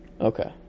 Okay